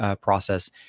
process